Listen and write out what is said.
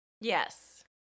Yes